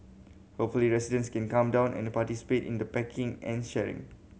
hopefully residents can come down and participate in the packing and sharing